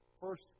First